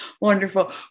Wonderful